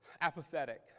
apathetic